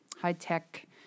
high-tech